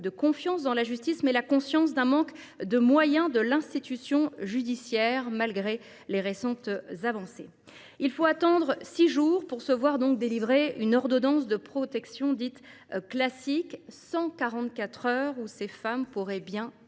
de confiance dans la justice, mais de la conscience du manque de moyens de l’institution judiciaire, malgré les récentes avancées. Il faut attendre six jours pour se voir délivrer une ordonnance de protection dite « classique », soit 144 heures pendant lesquelles ces femmes pourraient bien payer